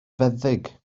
feddyg